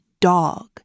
dog